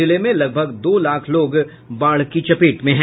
जिले में लगभग दो लाख लोग बाढ़ की चपेट में हैं